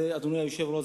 אדוני היושב-ראש,